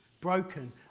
Broken